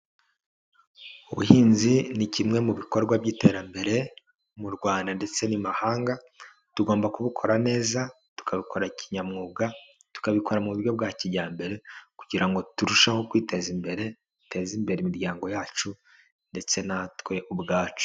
Ubuhinzi ni kimwe mu bikorwa by'iterambere mu Rwanda ndetse n'imahanga, tugomba kubukora neza, tukabukora kinyamwuga, tukabikora mu buryo bwa kijyambere kugira ngo turusheho kwiteza imbere, duteze imbere imiryango yacu ndetse natwe ubwacu.